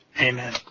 Amen